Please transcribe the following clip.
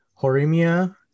horimia